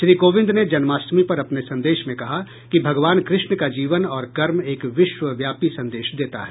श्री कोविंद ने जन्माष्टमी पर अपने सन्देश में कहा कि भगवान कृष्ण का जीवन और कर्म एक विश्वव्यापी सन्देश देता है